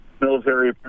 Military